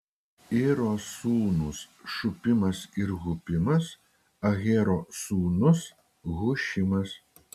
iro sūnūs šupimas ir hupimas ahero sūnus hušimas